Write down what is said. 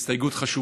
זו הסתייגות חשובה.